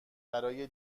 برای